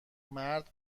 مرد